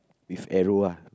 with arrow ah